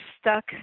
stuck